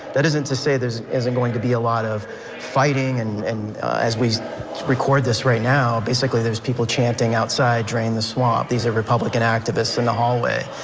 that isn't to say there isn't going to be a lot of fighting and and as we record this right now, basically there's people chanting outside, drain the swamp, these are republican activists in the hallway.